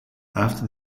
after